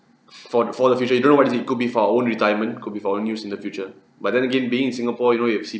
for the for the future you don't know what is it could be for our own retirement could be for our own use in the future but then again being in singapore you know you have